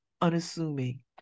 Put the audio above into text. unassuming